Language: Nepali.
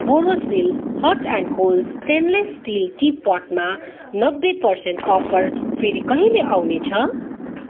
Borosil hot and cold stainless steel tea पटमा नब्बे पर्सेन्ट अफर फेरि कहिले आउनेछ